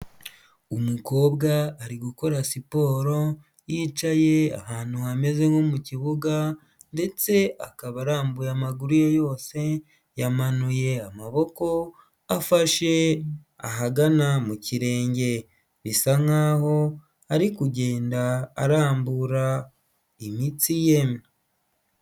Umukobwa ari gukora siporo yicaye ahantu hameze nko mu kibuga ndetse akaba arambuye amaguru ye yose, yamanuye amaboko afashe ahagana mu kirenge bisa nkaho ari kugenda arambura imitsi ye.